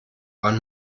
wann